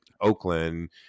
Oakland